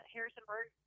Harrisonburg